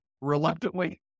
reluctantly